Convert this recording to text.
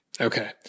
Okay